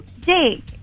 Jake